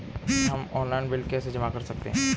हम online bill कैसे जमा कर सकते हैं?